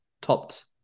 topped